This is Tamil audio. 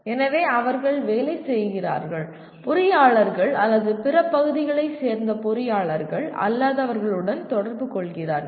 எனவே அவர்கள் வேலை செய்கிறார்கள் பொறியாளர்கள் அல்லது பிற பகுதிகளை சேர்ந்த பொறியாளர்கள் அல்லாதவர்களுடன் தொடர்பு கொள்கிறார்கள்